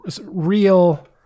real